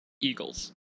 Eagles